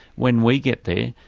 when we get there,